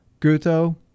guto